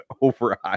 over